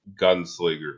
gunslinger